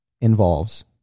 involves